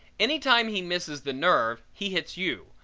any time he misses the nerve he hits you,